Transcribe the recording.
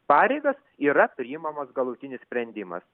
pareigas yra priimamas galutinis sprendimas